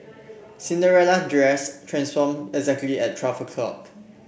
Cinderella dress transformed exactly at twelve o'clock